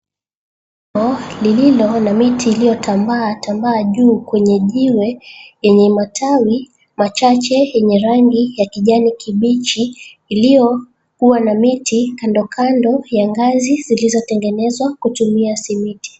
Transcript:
Lililo na miti iliyotambaatambaa juu kwenye jiwe yenye matawi machache yenye rangi ya kijani kibichi. Iliyokuwa na miti kandokando ya ngazi zilizotengenezwa kutumia simiti.